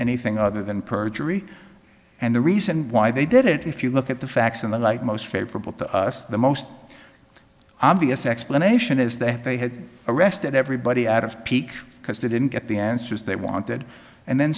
anything other than perjury and the reason why they did it if you look at the facts in the light most favorable to us the most obvious explanation is that they had arrested everybody out of pique because they didn't get the answers they wanted and then